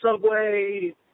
subway